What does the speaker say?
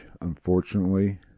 unfortunately